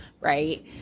right